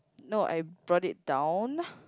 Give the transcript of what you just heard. no I brought it down